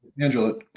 Angela